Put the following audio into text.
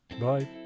Bye